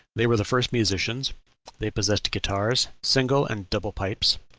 they were the first musicians they possessed guitars, single and double pipes,